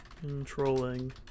controlling